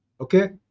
okay